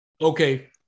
Okay